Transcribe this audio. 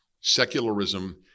Secularism